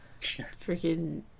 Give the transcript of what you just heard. Freaking